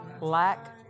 lack